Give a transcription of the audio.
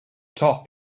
top